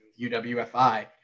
uwfi